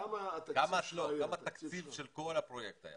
כמה התקציב של כל הפרויקט היה?